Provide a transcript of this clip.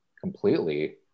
completely